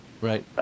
Right